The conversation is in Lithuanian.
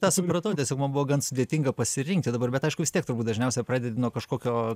tą supratau tiesiog man buvo gan sudėtinga pasirinkti dabar bet aišku vis tiek turbūt dažniausiai pradedi nuo kažkokio